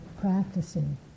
practicing